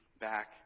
back